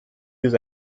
use